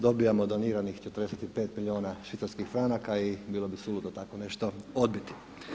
Dobivamo doniranih 45 milijuna švicarskih franaka i bilo bi suludo takvo nešto odbiti.